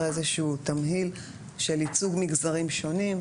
איזשהו תמהיל של ייצוג מגזרים שונים,